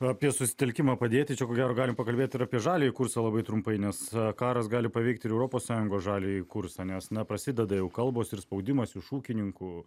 apie susitelkimą padėti čia ko gero galim pakalbėt ir apie žaliąjį kursą labai trumpai nes karas gali paveikt ir europos sąjungos žaliąjį kursą nes na prasideda jau kalbos ir spaudimas iš ūkininkų